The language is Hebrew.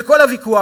וכל הוויכוח,